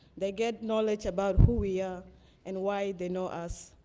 they get knowledge about who we are and why they know us.